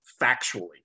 factually